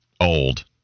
old